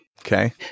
Okay